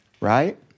right